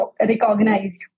recognized